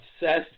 obsessed